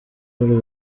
w’u